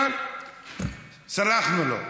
אבל סלחנו לו.